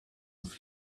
off